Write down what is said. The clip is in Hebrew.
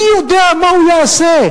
מי יודע מה הוא יעשה?